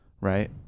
right